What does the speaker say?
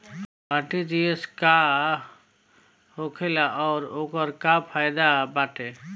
RTGS का होखेला और ओकर का फाइदा बाटे?